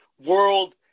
World